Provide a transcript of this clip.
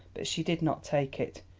but she did not take it,